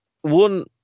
one